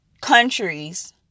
countries